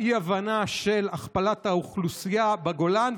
באי-הבנה, של הכפלת האוכלוסייה בגולן.